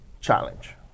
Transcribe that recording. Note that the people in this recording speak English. challenge